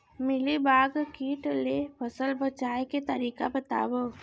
Mealybug किट ले फसल बचाए के तरीका बतावव?